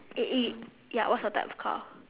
eh eh ya what's your type of car